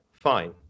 fine